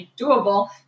doable